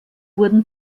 wurde